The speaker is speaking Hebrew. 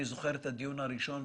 אני זוכר את הדיון הראשון,